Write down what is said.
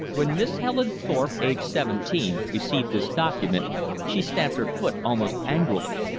when miss helen thorpe, aged seventeen, received this document she stamped her foot almost angrily.